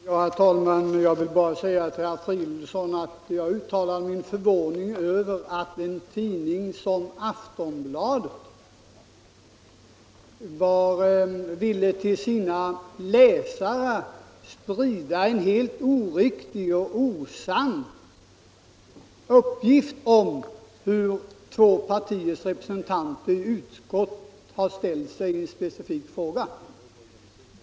Herr talman! Jag vill bara säga till herr Fridolfsson att jag uttalade min förvåning över att en tidning som Aftonbladet ville till sina läsare sprida en helt osann uppgift om hur två partiers representanter i utskottet har ställt sig i en specifik fråga.